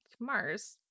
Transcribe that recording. Mars